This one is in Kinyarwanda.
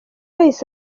yahise